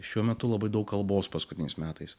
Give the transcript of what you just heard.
šiuo metu labai daug kalbos paskutiniais metais